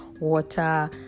water